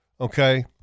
Okay